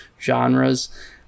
genres